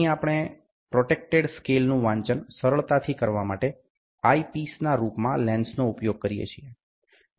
અહીં આપણે પ્રોજેક્ટેડ સ્કેલનુ વાંચન સરળતાથી કરવા માટે આઈપિસના રૂપમાં લેન્સનો ઉપયોગ કરીએ છીએ